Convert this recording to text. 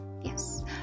Yes